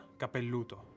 capelluto